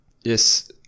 yes